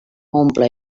omple